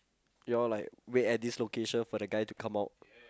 you all like wait at this location for the guy to come out